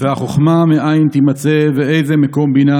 והחוכמה מאין תימצא ואיזה מקום בינה